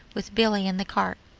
with billy in the cart.